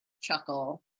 chuckle